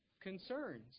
concerns